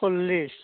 सल्लिस